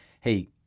hey